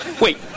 Wait